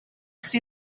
see